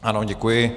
Ano, děkuji.